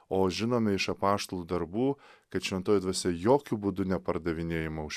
o žinome iš apaštalų darbų kad šventoji dvasia jokiu būdu nepardavinėjama už